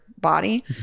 body